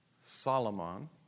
Solomon